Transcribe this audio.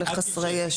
עד גיל שש או חסרי ישע.